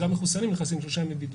גם מחוסנים נכנסים לשלושה ימי בידוד.